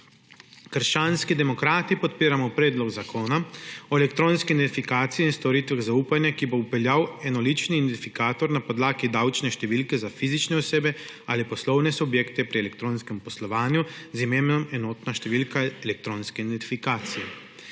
Krščanski demokrati podpiramo Predlog zakona o elektronski identifikaciji in storitvah zaupanja, ki bo vpeljal enolični identifikator na podlagi davčne številke za fizične osebe ali poslovne subjekte pri elektronskem poslovanju z namenom enotna številka elektronske identifikacije.